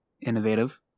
innovative